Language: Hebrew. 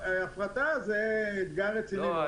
ההפרטה היא אתגר רציני --- לא,